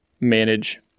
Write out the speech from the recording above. manage